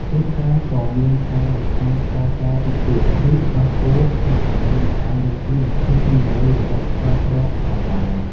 ជួនកាលក៏មានការបន្ថែមស្ករសតិចតួច ឬទឹកដោះគោខាប់ ដើម្បីបង្កើនរសជាតិ និងភាពទន់ល្មើយរបស់ស្ករគ្រាប់ផងដែរ។